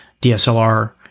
DSLR